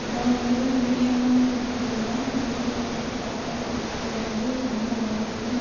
அப்புறம் வந்து பிரியாணின்னு எடுத்துக்கிட்டிங்கன்னால் திண்டுக்கலில் இருக்க தலப்பாக்கட்டி பிரியாணி வந்து ரொம்ப நல்லா இருக்கும்